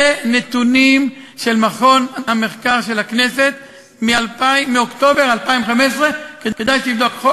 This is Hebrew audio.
אלה נתונים של מחלקת המחקר של הכנסת מאוקטובר 2015. כדאי שתבדוק,